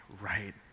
right